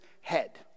head